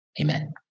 Amen